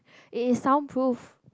it is some proof